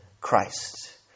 Christ